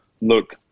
look